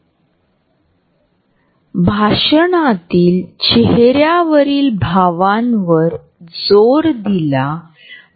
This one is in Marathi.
या रेखाटनांमध्ये आणि या दृश्यामध्ये आम्हाला प्रॉक्सिमिक्सचे भिन्न पैलू कळवले गेले आहेत